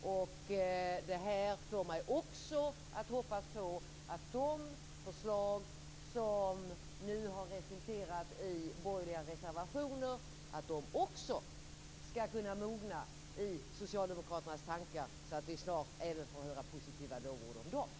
Detta får mig också att hoppas på att de förslag som nu har resulterat i borgerliga reservationer också skall kunna mogna i socialdemokraternas tankar, så att vi snart även får höra positiva lovord om dem.